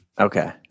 Okay